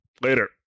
Later